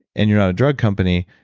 and you're not a drug company,